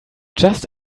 just